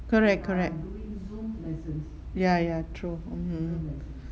correct correct ya ya true mmhmm